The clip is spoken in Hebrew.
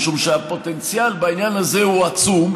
משום שהפוטנציאל בעניין הזה הוא עצום.